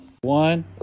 One